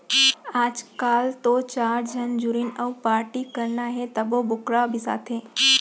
आजकाल तो चार झन जुरिन अउ पारटी करना हे तभो बोकरा बिसाथें